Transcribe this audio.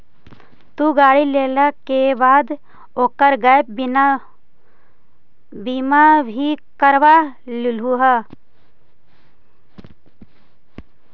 तु गाड़ी लेला के बाद ओकर गैप बीमा भी करवा लियहून